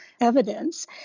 evidence